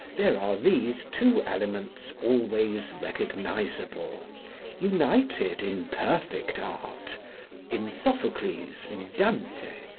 there are these two elements always recognisable united in perfect art in sophocles, in dante,